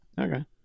Okay